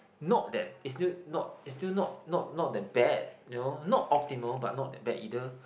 not that it's still not it's still not not not that bad you know not optimal but not that bad either